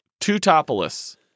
Tutopolis